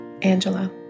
Angela